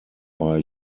bei